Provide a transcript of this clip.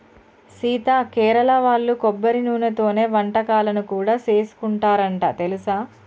సీత కేరళ వాళ్ళు కొబ్బరి నూనెతోనే వంటకాలను కూడా సేసుకుంటారంట తెలుసా